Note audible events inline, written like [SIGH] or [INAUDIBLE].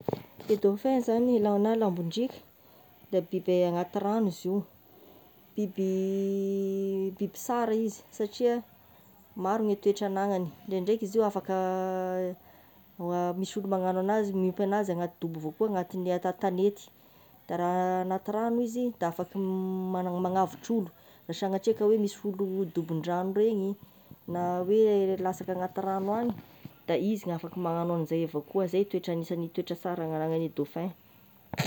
Ny dauphin zany na lambondriaka, da biby agnaty ragno izy io, biby [HESITATION] biby sara izy, satria, maro ny toetra anagnany, ndraikandraika izy io afaka [HESITATION] misy olo magnano anazy miompy anazy agnaty dobo avy akao koa agnaty an-tanety da raha agnaty ragno izy da afaky [HESITATION] magna- magnavotr'olo sagnatria ka oe misy olo dombon-dragno regny na hoe lasaka agnaty ragno agny, da izy gn'afaka magnano an'izay avao koa zay toetragny agnisagn'ny toetra sara agnanan'ny dauphin.